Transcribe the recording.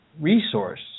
resource